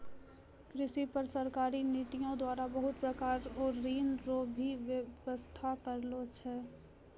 कृषि पर सरकारी नीतियो द्वारा बहुत प्रकार रो ऋण रो भी वेवस्था करलो छै